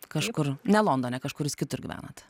kažkur ne londone kažkur jūs kitur gyvenat